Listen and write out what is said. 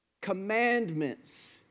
commandments